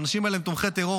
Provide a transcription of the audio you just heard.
האנשים האלה הם תומכי טרור,